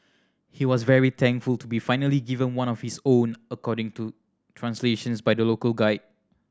he was very thankful to be finally given one of his own according to translations by the local guide